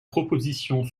proposition